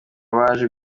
baje